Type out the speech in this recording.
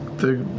the